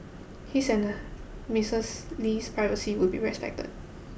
his and Mistress Lee's privacy would be respected